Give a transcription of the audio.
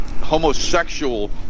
homosexual